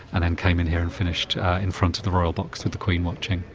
and then came in here and finished in front of the royal box with the queen watching.